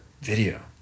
video